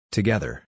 Together